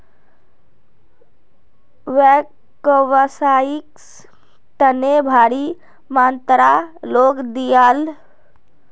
व्यवसाइर तने भारी मात्रात लोन दियाल जा छेक